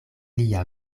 lia